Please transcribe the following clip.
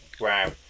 wow